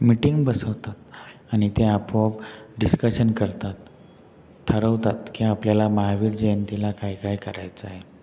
meeting बसवतात आणि ते आपोआप डिस्कशन करतात ठरवतात की आपल्याला महावीर जयंतीला काय काय करायचंय